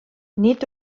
nid